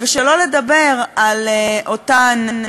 נלקח על-ידי